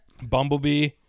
Bumblebee